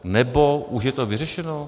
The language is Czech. Nebo už je to vyřešeno?